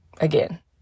Again